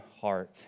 heart